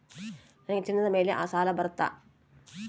ನನಗೆ ಚಿನ್ನದ ಮೇಲೆ ಸಾಲ ಬರುತ್ತಾ?